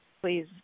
Please